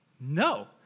No